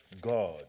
God